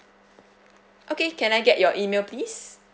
okay can I get your email please